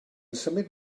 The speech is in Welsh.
symud